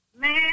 Man